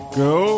go